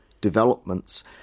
developments